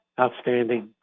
outstanding